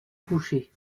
coucher